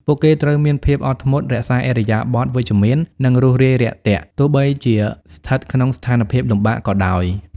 ពួកគេត្រូវមានភាពអត់ធ្មត់ រក្សាឥរិយាបថវិជ្ជមាន និងរួសរាយរាក់ទាក់ ទោះបីជាស្ថិតក្នុងស្ថានភាពលំបាកក៏ដោយ។